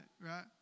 right